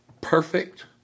Perfect